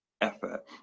effort